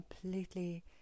completely